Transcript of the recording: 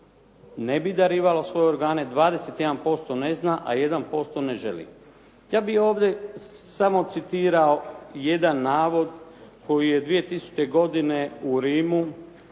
ne bi darivalo svoje organe, 21% ne zna, a 1% ne želi. Ja bih ovdje samo citirao jedan navod koji je 2000. godine u Rimu